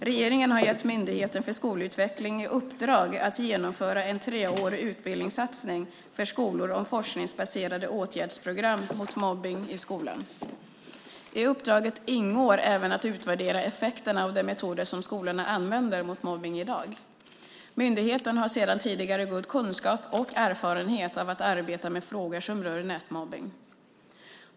Regeringen har gett Myndigheten för skolutveckling i uppdrag att genomföra en treårig utbildningssatsning för skolor om forskningsbaserade åtgärdsprogram mot mobbning i skolan. I uppdraget ingår även att utvärdera effekterna av de metoder som skolorna använder mot mobbning i dag. Myndigheten har sedan tidigare god kunskap och erfarenhet av att arbeta med frågor som rör nätmobbning.